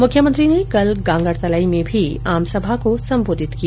मुख्यमंत्री ने कल गांगड़तलाई में भी आमसभा को संबोधित किया